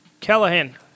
Callahan